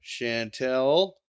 Chantel